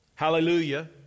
hallelujah